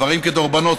דברים כדרבונות.